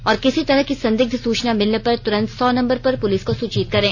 और किसी तरह की संदिग्ध सूचना मिलने पर तुरंत सौ नंबर पर पुलिस को सूचित करें